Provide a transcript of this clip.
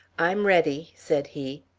i'm ready, said he.